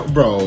Bro